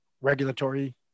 regulatory